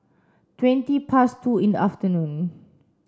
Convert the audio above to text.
twenty past two in the afternoon